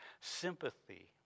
sympathy